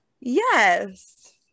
Yes